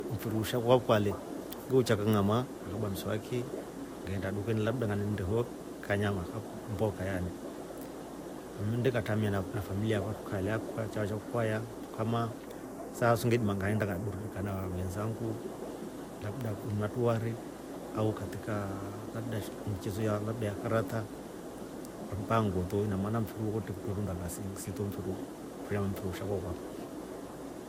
Mfiri usha kwakwa le ngeukya kang'ama, ngakaba mswaki ngeenda dukani labda ngannde ho kanyama- mboka yani ngannde ngatramia na familia yakwa tukalya chao cha kwaya tuka maa saa so ngelima nganeburudika na wensangu labda kunywa tuwari aukatika micheso ya labda karata mpaka nngoto inamana kwete iruunda kasi nsito mfiri wo lo mfiri usha kwakwa.